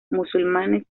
musulmanes